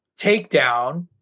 takedown